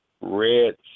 Red